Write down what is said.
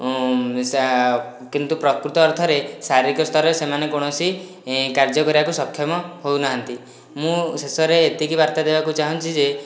କିନ୍ତୁ ପ୍ରକୃତ ଅର୍ଥରେ ଶାରୀରିକ ସ୍ଥରରେ ସେମାନେ କୌଣସି ଏ କାର୍ଯ୍ୟ କରିବାକୁ ସକ୍ଷମ ହେଉନାହାନ୍ତି ମୁଁ ଶେଷରେ ଏତିକି ବାର୍ତ୍ତା ଦେବାକୁ ଚାହୁଁଛି ଯେ